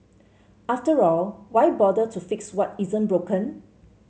after all why bother to fix what isn't broken